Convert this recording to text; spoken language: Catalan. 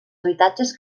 habitatges